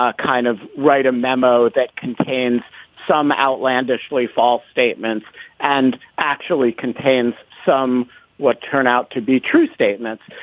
ah kind of write a memo that contains some outlandishly false statements and actually contains some what turned out to be true statements.